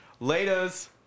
Laters